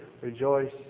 Rejoice